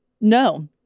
No